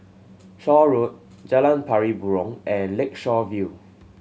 Shaw Road Jalan Pari Burong and Lakeshore View